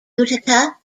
utica